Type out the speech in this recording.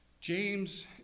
James